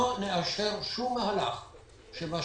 לא לאשר שום מהלך שמה